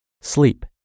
Sleep